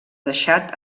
deixat